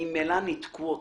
ממילא ניתקו אותך.